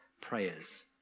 prayers